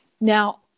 Now